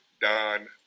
Don